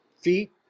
feet